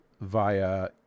via